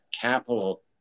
capital